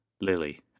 Lily